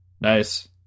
Nice